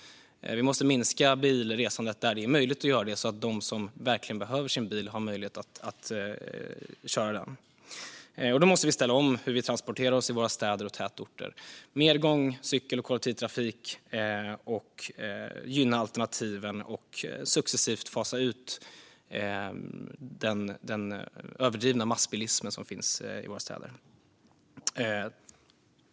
Vi måste minska bilresandet där det är möjligt att göra det, så att de som verkligen behöver sin bil har möjlighet att köra den. Då måste vi ställa om hur vi transporterar oss i våra städer och tätorter - ha mer gång, cykel och kollektivtrafik, gynna alternativen och successivt fasa ut den överdrivna massbilism som finns i våra städer.